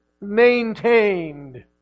maintained